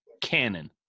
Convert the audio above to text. canon